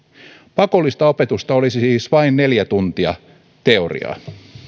pakollista opetusta olisi siis vain neljä tuntia teoriaa